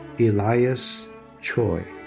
elias choi.